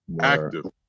Active